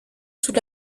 sous